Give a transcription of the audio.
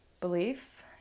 belief